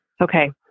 Okay